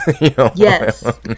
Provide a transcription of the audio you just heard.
Yes